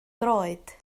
droed